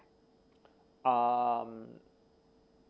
um